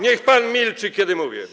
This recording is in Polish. Niech pan milczy, kiedy mówię.